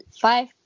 five